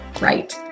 right